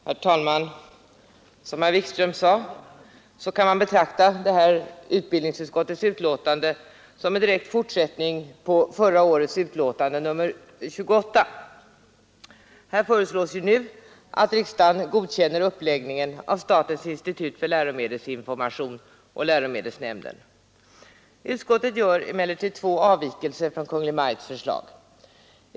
Herr talman! Som herr Wikström sade kan man betrakta utbildningsutskottets betänkande som en direkt fortsättning på förra årets betänkande nr 28. Här föreslås nu att riksdagen godkänner uppläggningen av statens institut för läromedelsinformation och läromedelsnämnden. Utskottet gör emellertid två avvikelser från Kungl. Maj:ts förslag.